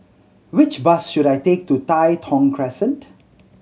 which bus should I take to Tai Thong Crescent